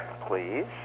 please